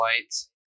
lights